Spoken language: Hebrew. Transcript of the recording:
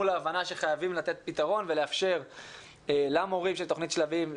להבנה שחייבים לתת פתרון ולאפשר למורים של תוכנית "שלבים"